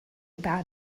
bad